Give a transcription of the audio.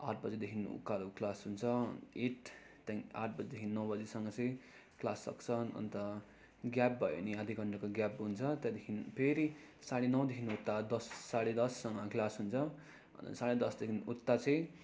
आठ बजीदेखि उकालो क्लास हुन्छ एट त्यहाँदेखि आठ बजेदेखि नौ बजीसम्म चाहिँ क्लास सक्छ अन्त ग्याप भयो भने आधी घन्टाको ग्याप हुन्छ त्यहाँदेखि फेरि साँढे नौदेखि उता दस साँढे दससम्म क्लास हुन्छ अनि साँढे दसदेखि उता चाहिँ